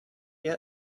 yet